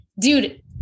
dude